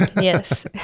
Yes